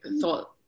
thought